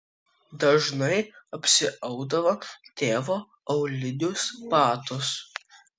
dažnai apsiaudavo tėvo aulinius batus